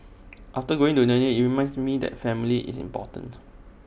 after going into the New Year IT reminds me that family is important